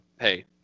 hey